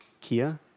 Kia